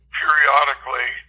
periodically